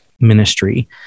ministry